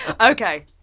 Okay